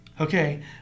okay